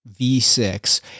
V6